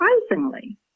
Surprisingly